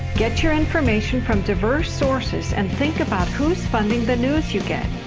get your information from diverse sources and think about who's funding the news you get.